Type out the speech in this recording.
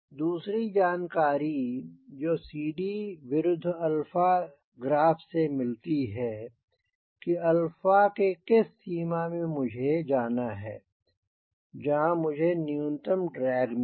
दूसरी जानकारी जो CD विरुद्ध ग्राफ से मिलती है कि के किस सीमा में मुझे जाना है जहाँ मुझे न्यूनतम ड्रैग मिले